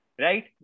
Right